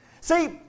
See